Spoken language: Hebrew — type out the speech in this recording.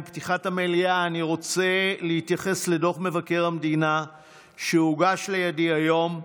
עם פתיחת המליאה אני רוצה להתייחס לדוח מבקר המדינה שהוגש לידי היום,